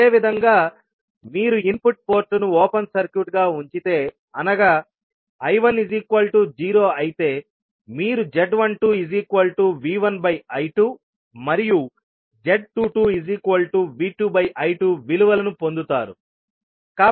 అదేవిధంగా మీరు ఇన్పుట్ పోర్ట్ను ఓపెన్ సర్క్యూట్గా ఉంచితేఅనగా I10అయితే మీరు z12V1I2 మరియు z22V2I2విలువలను పొందుతారు